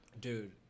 Dude